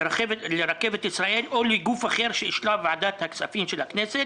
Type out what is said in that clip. לרכבת ישראל או ל"גוף אחר" שאישרה ועדת הכספים של הכנסת,